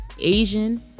Asian